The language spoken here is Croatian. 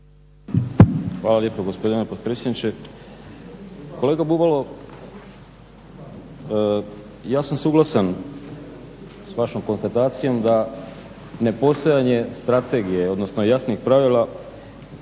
Hvala lijepo gospodine potpredsjedniče. Kolega Bubalo, ja sam suglasan sa vašom konstatacijom da nepostojanje strategije, odnosno jasnih pravila